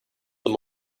them